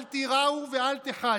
אל תיראו ואל תיחתו.